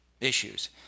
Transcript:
issues